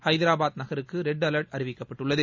ஹைதராபாத் நகருக்கு red alert அறிவிக்கப்பட்டுள்ளது